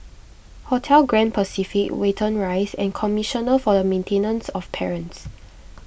Hotel Grand Pacific Watten Rise and Commissioner for the Maintenance of Parents